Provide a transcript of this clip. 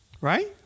right